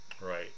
right